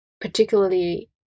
particularly